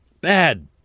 Bad